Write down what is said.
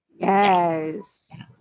Yes